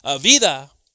vida